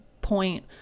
point